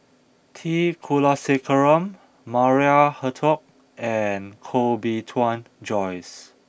T Kulasekaram Maria Hertogh and Koh Bee Tuan Joyce